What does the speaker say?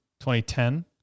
2010